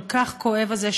כל כך כואב הזה,